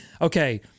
okay